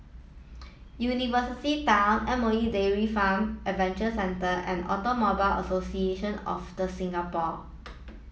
University Town M O E Dairy Farm Adventure Centre and Automobile Association of The Singapore